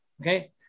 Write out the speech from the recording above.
Okay